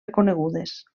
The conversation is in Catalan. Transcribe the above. reconegudes